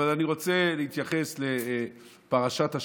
אבל אני רוצה להתייחס לפרשת השבוע.